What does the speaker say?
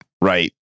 right